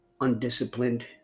undisciplined